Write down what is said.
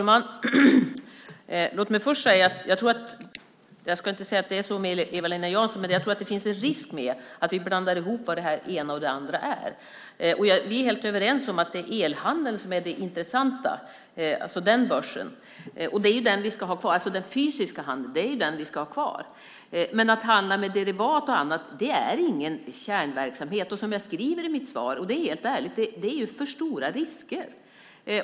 Herr talman! Jag ska inte säga att det är så med Eva-Lena Jansson, men jag tror att det finns en risk att vi blandar ihop vad det ena och det andra är. Vi är helt överens om att det är elhandeln som är det intressanta, alltså den börsen, och det är den vi ska ha kvar. Den fysiska handeln är den som vi ska ha kvar. Men att handla med derivat och annat är ingen kärnverksamhet. Som jag skriver i mitt svar - och det är helt ärligt - är det för stora risker.